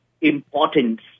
importance